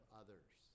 others